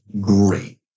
Great